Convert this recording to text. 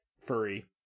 Furry